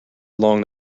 along